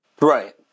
Right